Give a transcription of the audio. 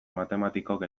matematikok